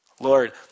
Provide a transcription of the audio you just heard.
Lord